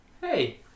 Hey